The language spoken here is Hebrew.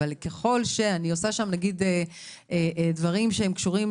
אבל ככל שאני עושה שם נגיד דברים שקשורים